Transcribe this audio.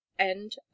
End